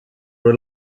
were